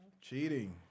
Cheating